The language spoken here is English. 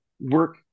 work